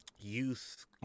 youth